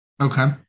Okay